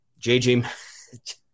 JJ